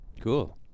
Cool